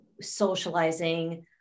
socializing